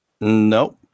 Nope